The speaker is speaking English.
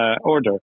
order